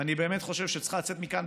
ואני באמת חושב שצריכה לצאת מכאן,